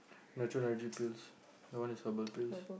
natural energy pills your one is herbal pills